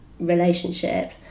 relationship